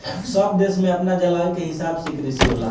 सब देश में अपना जलवायु के हिसाब से कृषि होला